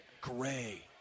Gray